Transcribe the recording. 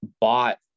bought